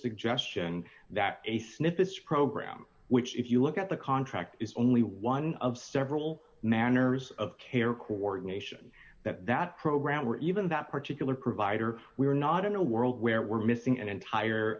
suggestion that a sniff this program which if you look at the contract is only one of several manners of care coordination that that program or even that particular provider we're not in a world where we're missing an